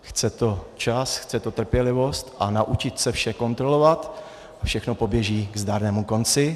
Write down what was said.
Chce to čas, chce to trpělivost a naučit se vše kontrolovat, všechno poběží ke zdárnému konci.